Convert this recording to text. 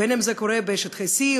בין אם זה קורה בשטחיC ,